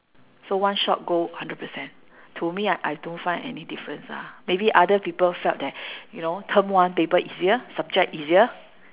so one shot go hundred percent to me ah I don't find any difference ah maybe other people felt that you know term one paper easier subject easier